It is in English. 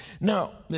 Now